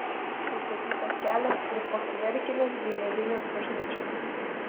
pastatytos kelios ir fachverkinės bei medinės bažnyčios